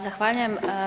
Zahvaljujem.